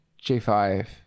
j5